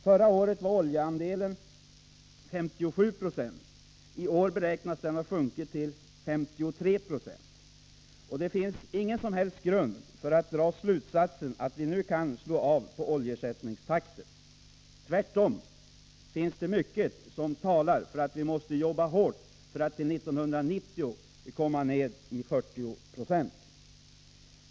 Förra året var oljeandelen 57 96; i år beräknas den ha sjunkit till 53 96. Det finns ingen som helst grund för att dra slutsatsen att vi nu kan slå av på oljeersättningstakten. Tvärtom finns det mycket som talar för att vi måste arbeta hårt för att till 1990 komma ned till 40 96.